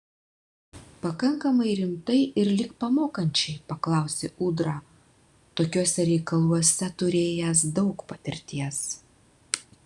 pakankamai rimtai ir lyg pamokančiai paklausė ūdra tokiuose reikaluose turėjęs daug patirties